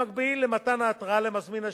במקביל למתן ההתראה למזמין השירות,